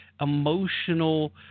emotional